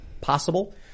possible